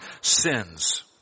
sins